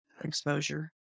exposure